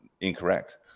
incorrect